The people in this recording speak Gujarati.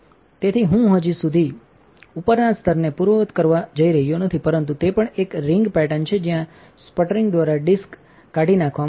તેથી હું હજી સુધી ઉપરના સ્તરને પૂર્વવત કરવા જઈ રહ્યો નથી પરંતુ તે પણ એક રીંગ પેટર્ન છે જ્યાં સ્પટરિંગ દ્વારા ડિસ્ક કા erી નાખવામાં આવી છે